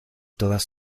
todas